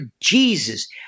Jesus